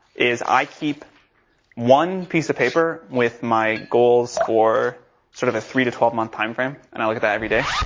is i keep one piece of paper with my goals for sort of a three to twelve month time frame. and i look at that every day.